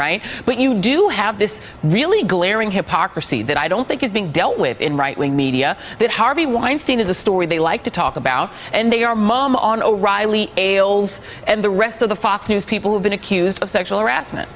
right but you do have this really glaring hypocrisy that i don't think is being dealt with in right wing media that harvey weinstein is a story they like to talk about and they are mom on o'reilly ailes and the rest of the fox news people who've been accused of sexual harassment